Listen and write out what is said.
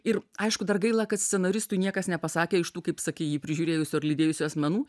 ir aišku dar gaila kad scenaristui niekas nepasakė iš tų kaip sakei jį prižiūrėjusių ar lydėjusių asmenų